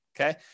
Okay